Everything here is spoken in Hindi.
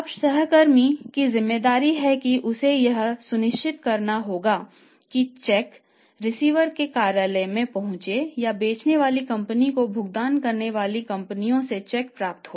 अब सहकर्मी की ज़िम्मेदारी यह है कि उसे यह सुनिश्चित करना होगा कि चेक रिसीवर के कार्यालय में पहुँचे या बेचने वाली कंपनी को भुगतान करने वाली कंपनियों से चेक प्राप्त हो